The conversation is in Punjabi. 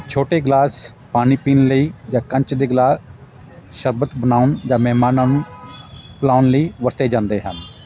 ਛੋਟੇ ਗਲਾਸ ਪਾਣੀ ਪੀਣ ਲਈ ਜਾਂ ਕੰਚ ਦੇ ਗਲਾ ਸ਼ਰਬਤ ਬਣਾਉਣ ਜਾਂ ਮਹਿਮਾਨਾਂ ਨੂੰ ਪਲਾਉਣ ਲਈ ਵਰਤੇ ਜਾਂਦੇ ਹਨ